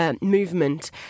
movement